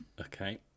Okay